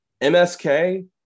MSK